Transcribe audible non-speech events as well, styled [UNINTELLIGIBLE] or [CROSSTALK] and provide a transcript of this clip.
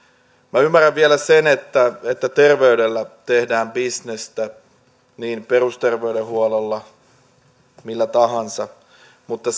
minä ymmärrän vielä sen että että terveydellä tehdään bisnestä perusterveydenhuollolla ja millä tahansa mutta [UNINTELLIGIBLE]